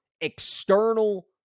external